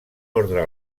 ordre